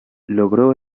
logró